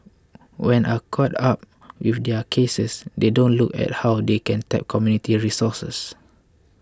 when are caught up with their cases they don't look at how they can tap community resources